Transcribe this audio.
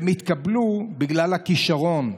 הם התקבלו בגלל הכישרון,